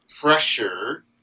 pressure